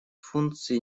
функций